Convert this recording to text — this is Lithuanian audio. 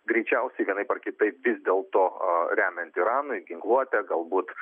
greičiausiai vienaip ar kitaip vis dėlto a remiant iraną ginkluotę galbūt